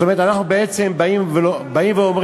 זאת אומרת, אנחנו בעצם באים ואומרים,